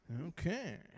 Okay